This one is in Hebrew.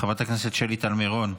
חברת הכנסת שלי טל מירון,